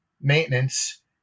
maintenance